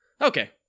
Okay